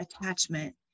attachment